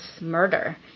murder